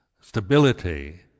stability